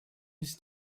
his